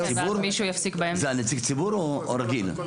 זה נציג הציבור או רגיל?